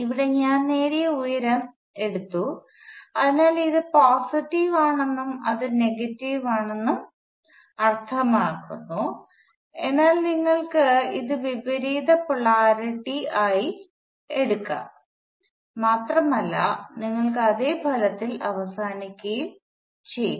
ഇവിടെ ഞാൻ നേടിയ ഉയരം എടുത്തു അതിനാൽ ഇത് പോസിറ്റീവ് ആണെന്നും അത് നെഗറ്റീവ് ആണെന്നും അർത്ഥമാക്കുന്നു എന്നാൽ നിങ്ങൾക്ക് ഇത് വിപരീത പൊളാരിറ്റി ആയി എടുക്കാം മാത്രമല്ല നിങ്ങൾ അതേ ഫലത്തിൽ അവസാനിക്കുകയും ചെയ്യും